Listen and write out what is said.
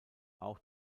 auch